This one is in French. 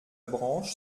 branche